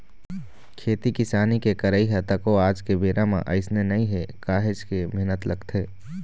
खेती किसानी के करई ह तको आज के बेरा म अइसने नइ हे काहेच के मेहनत लगथे